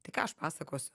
tai ką aš pasakosiu